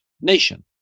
nation